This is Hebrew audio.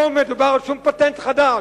לא מדובר בשום פטנט חדש.